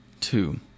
Two